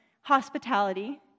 hospitality